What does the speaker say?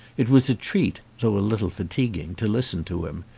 it was a treat, though a little fatiguing, to listen to him.